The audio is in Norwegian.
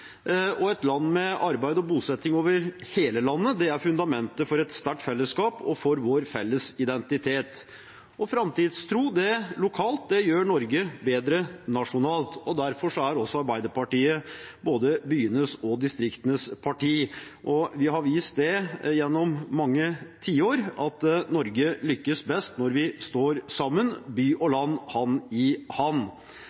og et land med arbeid og bosetting over hele landet er fundamentet for et sterkt fellesskap og vår felles identitet. Framtidstro lokalt gjør Norge bedre nasjonalt. Derfor er også Arbeiderpartiet både byenes og distriktenes parti. Vi har vist gjennom mange tiår at Norge lykkes best når vi står sammen – by og